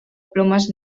plomes